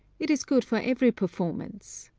it is good for every performance.